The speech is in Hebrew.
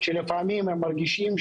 שלפעמים הם מרגישים,